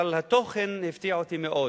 אבל התוכן הפתיע אותי מאוד.